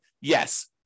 yes